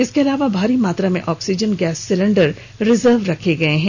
इसके अलावा भारी मात्रा में ऑक्सीजन गैस सिलेंडर रिजर्व रखे गए हैं